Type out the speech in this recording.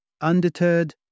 Undeterred